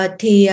thì